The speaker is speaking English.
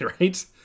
right